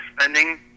spending